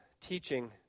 teaching